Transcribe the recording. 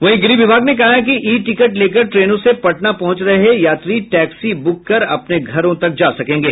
वहीं गृह विभाग ने कहा है कि ई टिकट लेकर ट्रेनों से पटना पहुंच रहे यात्री टैक्सी ब्रक कर अपने घरों तक जा सकेंगे